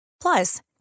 Plus